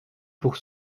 pour